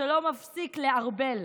שלא מפסיק לערבל.